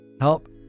Help